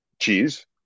cheese